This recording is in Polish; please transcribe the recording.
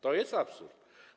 To jest absurd.